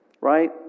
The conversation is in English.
right